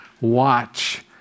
watch